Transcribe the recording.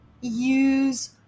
use